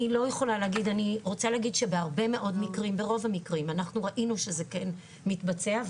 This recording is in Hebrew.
אני רוצה להגיד שברוב המקרים אנחנו ראינו שזה כן מתבצע,